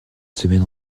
semaine